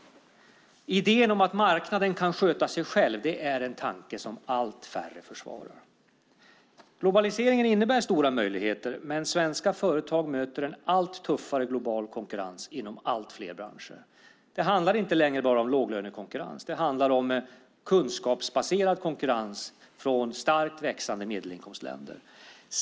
Idén om att marknaden kan sköta sig själv är en tanke som allt färre försvarar. Globaliseringen innebär stora möjligheter, men svenska företag möter en allt tuffare global konkurrens inom allt fler branscher. Det handlar inte längre bara om låglönekonkurrens utan också om kunskapsbaserad konkurrens från starkt växande medelinkomstländer.